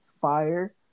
fire